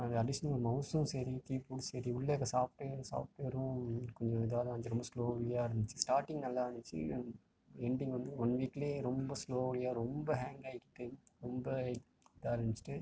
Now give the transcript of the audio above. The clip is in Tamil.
அதை அடிஷ்னல் மௌஸும் சரி சரி உள்ளே இருக்கிற சாஃப்ட்வேர் சாஃப்டுவேரும் கொஞ்சம் இதாக தான் இருந்துச்சு ரொம்ப ஸ்லோவ்லியாக இருந்துச்சு ஸ்டார்டிங் நல்லா இருந்துச்சு எண்டிங் வந்து ஒன் வீக்கில் ரொம்ப ஸ்லோவ்லியாக ரொம்ப ஹேங் ஆகிட்டு ரொம்ப இதாக இருந்துச்சு